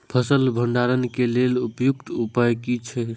फसल भंडारण के लेल उपयुक्त उपाय कि छै?